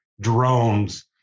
drones